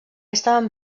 estaven